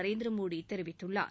நரேந்திர மோடி தெரிவித்துள்ளார்